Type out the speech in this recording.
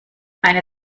eine